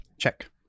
check